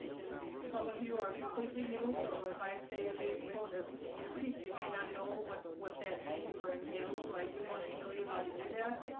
and some of you are completely new so if i say the base coat of your piece? you may not know what what that means or entails. so i do want to show you how to do that